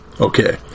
okay